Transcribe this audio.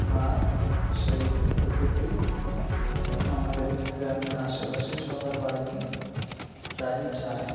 আর সেই অতিথি আমাদের গ্রামের আশেপাশে সবার বাড়িতে প্রায় যায়